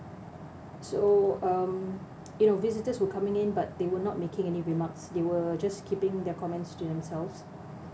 so um you know visitors were coming in but they were not making any remarks they were just keeping their comments to themselves